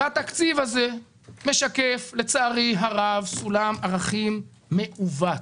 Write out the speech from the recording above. והתקציב הזה משקף, לצערי הרב, סולם ערכים מעוות.